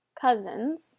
cousins